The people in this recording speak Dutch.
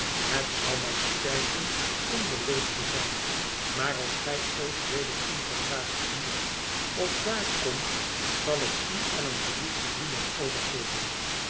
het zou mij spijten onbeleefd te zijn maar als gij ooit weder ongevraagd hier of daar komt zal ik u aan een politiedienaar overgeven